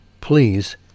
please